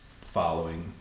following